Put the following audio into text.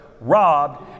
robbed